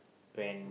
when